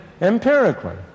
empirically